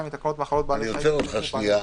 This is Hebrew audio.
לתקנות מחלות בעלי חיים (יבוא בעלי חיים),